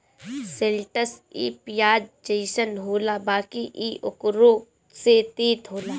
शैलटस इ पियाज जइसन होला बाकि इ ओकरो से तीत होला